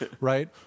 Right